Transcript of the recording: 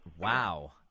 Wow